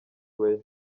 weah